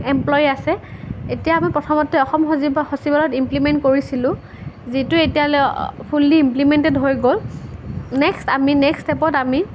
employee আছে এতিয়া আমি প্ৰথমতে আমি অসম সচিবালয়ত ইমপ্লিমেণ্ট কৰিছিলোঁ যিটো এতিয়ালৈ ফুল্লি ইমপ্লিমেণ্টেদ হৈ গ'ল নেক্সট আমি নেক্সট ষ্টেপত আমি